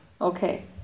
Okay